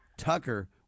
Tucker